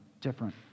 different